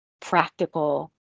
practical